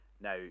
Now